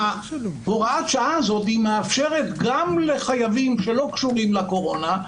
שהוראת השעה הזאת מאפשרת גם לחייבים שלא קשורים לקורונה,